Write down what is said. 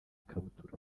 ikabutura